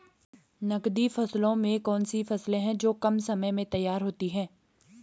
नकदी फसलों में कौन सी फसलें है जो कम समय में तैयार होती हैं?